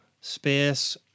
space